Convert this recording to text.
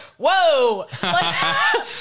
whoa